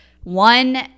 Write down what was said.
one